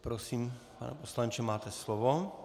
Prosím, pane poslanče, máte slovo.